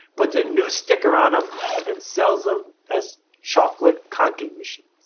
puts a new sticker on them and sells them as chocolate conking machines.